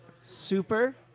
Super